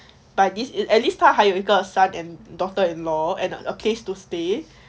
but this is at least 她还有一个:tae hai you yi ge son and daughter-in-law and a place to stay